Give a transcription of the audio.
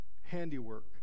handiwork